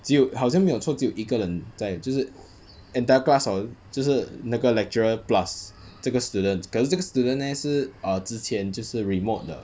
就好像没有错只有一个人在就是 entire class hor 就是那个 lecturer plus 这个 student 可是这个 student leh 是 err 之前 re-mod 的